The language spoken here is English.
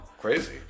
crazy